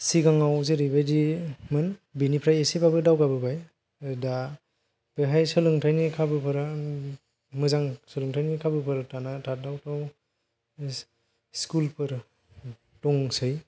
सिगाङाव जेरैबादिमोन बेनिफ्राय एसेबाबो दावगाबोबाय दा बेहाय सोलोंथाइनि खाबुफोरा मोजां सोलोंथाइनि खाबुफोर थाथाव थाव स्कुल फोर दंसै